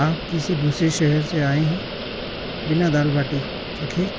आप किसी दूसरे शहर से आए हैं बिना दाल बाटी चखे